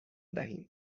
دهیم